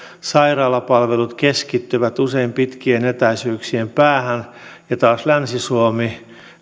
sairaalapalvelut keskittyvät usein pitkien etäisyyksien päähän ja taas länsi suomi